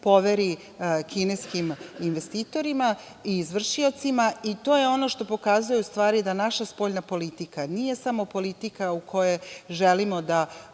poveri kineskim investitorima i izvršiocima. To je ono što pokazuje da naša spoljna politika nije samo politika u kojoj želimo da